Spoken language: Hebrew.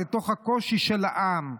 לתוך הקושי של העם,